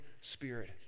spirit